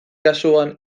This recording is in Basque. kasuan